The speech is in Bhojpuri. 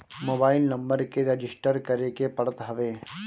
मोबाइल नंबर के रजिस्टर करे के पड़त हवे